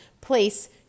place